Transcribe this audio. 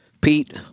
Pete